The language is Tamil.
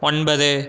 ஒன்பது